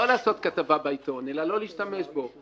לא לעשות כתבה בעיתון, אלא לא להשתמש בו.